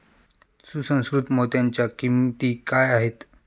सुसंस्कृत मोत्यांच्या किंमती काय आहेत